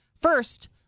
First